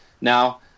now